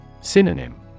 Synonym